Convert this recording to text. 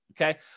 okay